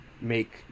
make